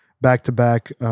back-to-back